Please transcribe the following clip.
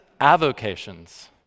avocations